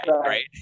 right